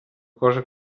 cosa